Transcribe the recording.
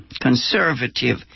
conservative